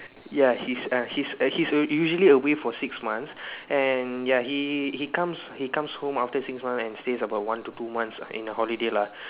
ya he's a he's a he's a usually away for six months and ya he he comes he comes home after six months and stays about one to two months in a holiday lah